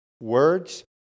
words